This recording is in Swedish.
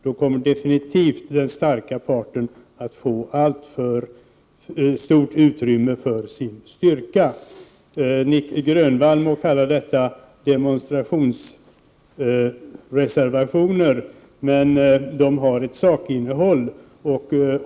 Då kommer definitivt den starka parten att få alltför stort utrymme för sin styrka. Nic Grönvall må kalla våra reservationer för demonstrationsreservationer, men de har ett sakinnehåll.